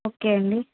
okay అండి